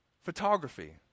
photography